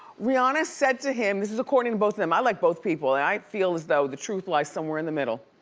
rihanna said to him, this was according to both of them, i like both people and i feel as though the truth lies somewhere in the middle.